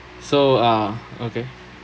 so ah okay